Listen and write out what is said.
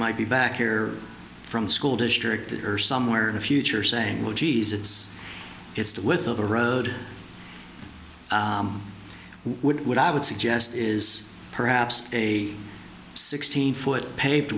might be back here from school district or somewhere in the future saying well geez it's just worth of a road would would i would suggest is perhaps a sixteen foot paved